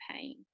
pain